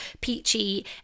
peachy